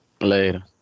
Later